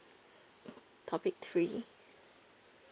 topic three